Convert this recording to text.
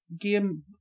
game